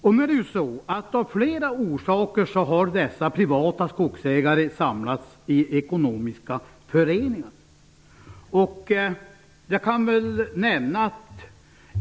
De privata skogsägarna har av flera orsaker samlats i ekonomiska föreningar.